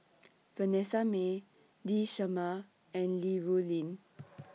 Vanessa Mae Lee Shermay and Li Rulin